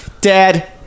dad